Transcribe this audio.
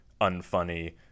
unfunny